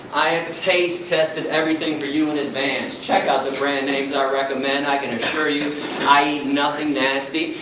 i have taste-tested everything for you in advance. check out the brand names i recommend. i can assure you i eat nothing nasty.